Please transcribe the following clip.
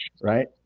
right